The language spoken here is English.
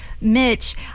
Mitch